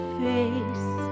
face